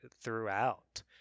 throughout